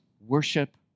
worship